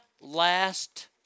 last